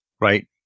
Right